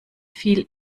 viel